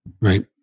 Right